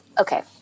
Okay